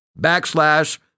backslash